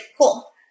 Cool